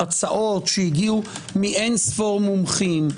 הצעות שהגיעו מאין ספור מומחים,